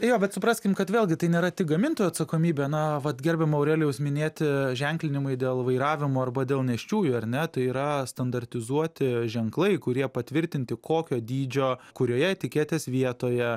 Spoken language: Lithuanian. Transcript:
jo bet supraskim kad vėlgi tai nėra tik gamintojų atsakomybė na vat gerbiamo aurelijaus minėti ženklinimai dėl vairavimo arba dėl nėščiųjų ar ne tai yra standartizuoti ženklai kurie patvirtinti kokio dydžio kurioje etiketės vietoje